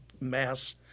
mass